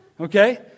okay